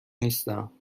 نیستم